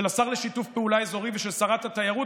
של השר לשיתוף פעולה אזורי ושל שרת התיירות,